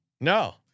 No